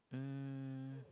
um